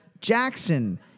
Jackson